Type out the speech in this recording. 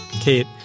Kate